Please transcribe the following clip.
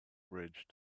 bridge